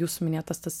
jūsų minėtas tas